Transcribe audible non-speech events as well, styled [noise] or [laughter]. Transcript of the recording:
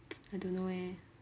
[noise] I don't know eh